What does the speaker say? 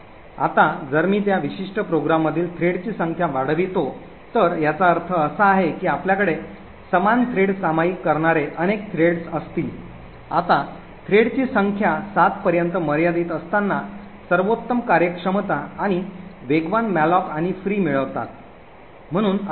आता जर मी त्या विशिष्ट प्रोग्राममधील थ्रेडची संख्या वाढवितो तर याचा अर्थ असा आहे की आपल्याकडे समान थ्रेड सामायिक करणारे अनेक थ्रेड्स असतील आता थ्रेडची संख्या ७ पर्यंत मर्यादित असताना सर्वोत्तम कार्यक्षमता आणि वेगवान मॅलोक आणि फ्री मिळवतात म्हणून 8